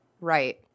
Right